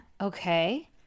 okay